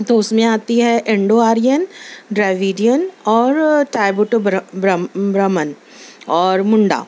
تو اس میں آتی ہے انڈو آرین ڈراویڈین اور ٹائی بوٹو برمن اور منڈا